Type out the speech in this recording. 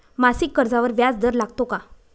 मासिक कर्जावर व्याज दर लागतो का?